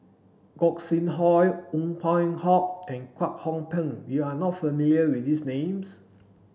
Gog Sing Hooi Ong Peng Hock and Kwek Hong Png you are not familiar with these names